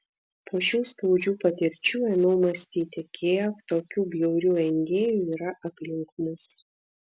po šių skaudžių patirčių ėmiau mąstyti kiek tokių bjaurių engėjų yra aplink mus